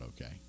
okay